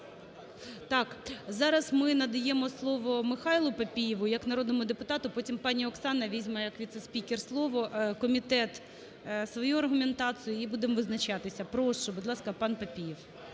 Що? Зараз ми надаємо слово Михайлу Папієву як народному депутату, потім пані Оксана візьме як віце-спікер слово, комітет – свою аргументацію, і будемо визначатися. Прошу, будь ласка, пан Папієв.